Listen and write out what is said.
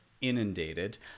inundated